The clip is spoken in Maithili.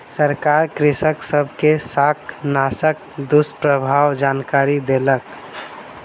सरकार कृषक सब के शाकनाशक दुष्प्रभावक जानकरी देलक